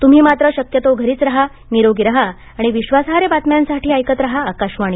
तुम्ही मात्र शक्यतो घरीच रहा निरोगी रहा आणि विश्वासार्ह बातम्यांसाठी ऐकत रहा आकाशवाणी